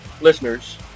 listeners